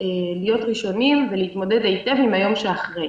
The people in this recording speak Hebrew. להיות ראשונים ולהתמודד היטב עם היום שאחרי.